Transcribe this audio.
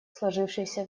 сложившегося